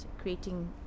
creating